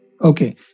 Okay